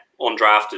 undrafted